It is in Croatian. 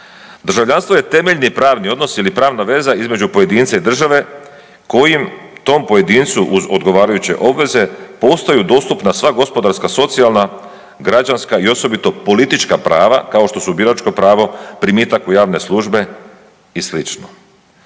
Državljanstvo je temeljni pravni odnos ili pravna veza između pojedinca i države koji tom pojedincu uz odgovarajuće obveze postaju dostupna sva gospodarstva, socijalna, građanska i osobito politička prava, kao što su biračko pravo, primitak u javne službe i sl.